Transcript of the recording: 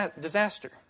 Disaster